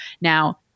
Now